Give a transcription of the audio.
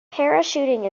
parachuting